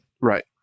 Right